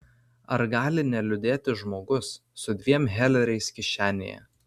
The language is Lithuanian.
ar gali neliūdėti žmogus su dviem heleriais kišenėje